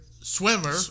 swimmer